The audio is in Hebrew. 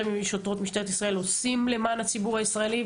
ושוטרות משטרת ישראל עושים למען הציבור הישראלי,